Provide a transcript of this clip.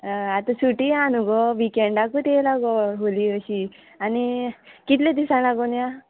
हय आतां सुटी आहा न्हू गो विकेन्डाकूच येयला गो होली अशी आनी कितले दिसां लागून या